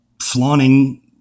flaunting